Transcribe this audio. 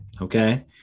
Okay